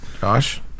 Josh